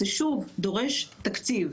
זה שוב דורש תקציב,